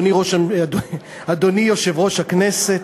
אדוני יושב-ראש הכנסת,